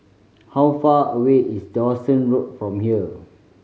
how far away is Dawson Road from here